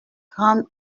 grande